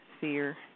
fear